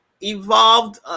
evolved